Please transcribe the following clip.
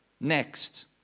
Next